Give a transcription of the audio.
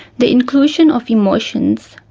the inclusion of emotions,